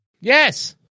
Yes